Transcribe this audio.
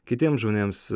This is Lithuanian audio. kitiems žmonėms